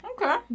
okay